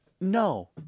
no